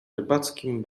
rybackim